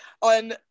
on